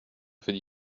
veut